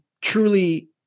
truly